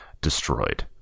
destroyed